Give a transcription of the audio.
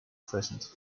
present